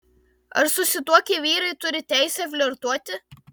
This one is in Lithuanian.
ar susituokę vyrai turi teisę flirtuoti